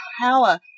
power